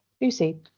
Lucy